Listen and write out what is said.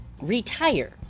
retire